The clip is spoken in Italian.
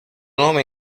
nome